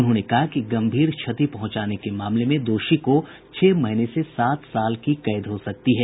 उन्होंने कहा कि गंभीर क्षति पहुंचाने के मामले में दोषी को छह महीने से सात वर्ष की कैद हो सकती है